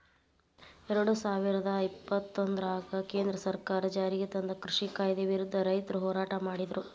ಎರಡುಸಾವಿರದ ಇಪ್ಪತ್ತೊಂದರಾಗ ಕೇಂದ್ರ ಸರ್ಕಾರ ಜಾರಿಗೆತಂದ ಕೃಷಿ ಕಾಯ್ದೆ ವಿರುದ್ಧ ರೈತರು ಹೋರಾಟ ಮಾಡಿದ್ರು